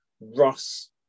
Russ